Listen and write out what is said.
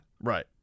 Right